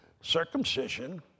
circumcision